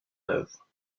œuvre